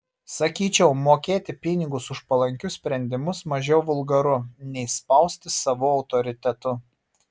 sakyčiau mokėti pinigus už palankius sprendimus mažiau vulgaru nei spausti savu autoritetu